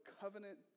covenant